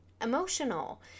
emotional